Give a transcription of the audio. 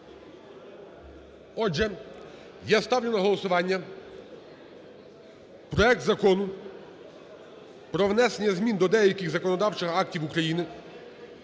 Отже, я ставлю на голосування проект Закону про внесення змін до деяких законодавчих актів України